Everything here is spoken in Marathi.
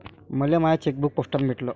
मले माय चेकबुक पोस्टानं भेटल